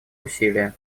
усилия